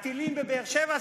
הטילים בבאר-שבע,